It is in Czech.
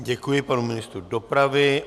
Děkuji panu ministru dopravy.